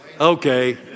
Okay